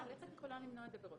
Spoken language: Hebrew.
מיכל, איך את יכולה למנוע את זה מראש?